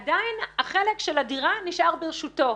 עדיין החלק של הדירה נשאר ברשותו.